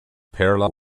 parallel